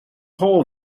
hole